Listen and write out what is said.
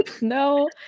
no